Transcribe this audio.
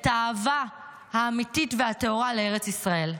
את האהבה האמיתית והטהורה לארץ ישראל.